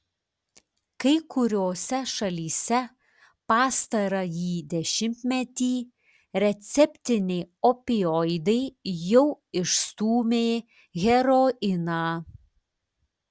kai kuriose šalyse pastarąjį dešimtmetį receptiniai opioidai jau išstūmė heroiną